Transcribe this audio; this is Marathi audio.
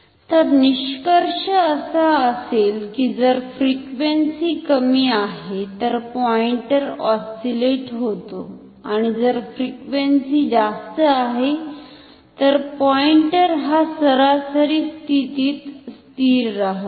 तर निष्कर्ष असा असेल की जर फ्रिक्वेन्सी कमी आहे तर पॉइंटर ऑस्सिलेट होतो आणि जर फ्रिक्वेनसी जास्त आहे तर पॉइंटर हा सरासरी स्थितीत स्थिर राहतो